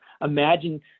Imagine